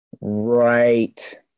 right